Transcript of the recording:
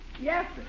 Yes